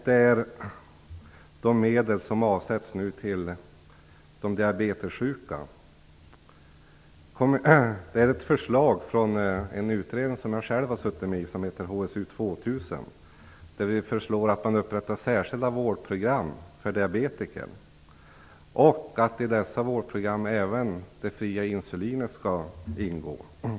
Det är de medel som nu avsätts till de diabetessjuka. Det är ett förslag från en utredning som jag själv har suttit med i och som heter HSU 2000. Vi föreslog att man skall upprätta särskilda vårdprogram för diabetiker och att även det fria insulinet skall ingå i dessa vårdprogram.